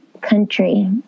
country